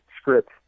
script